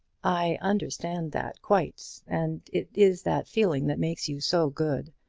i understand that quite, and it is that feeling that makes you so good.